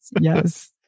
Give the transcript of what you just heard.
yes